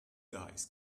guys